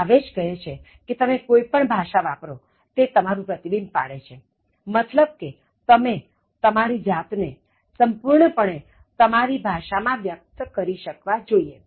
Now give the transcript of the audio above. Chavez કહે છે કે તમે કોઈ પણ ભાષા વાપરો તે તમારું પ્રતિબિંબ પાડે છે મતલબ કે તમે તમારી જાતને સંપૂર્ણ પણે તમારી ભાષા માં વ્યક્ત કરી શકવા જોઈએ